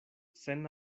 sen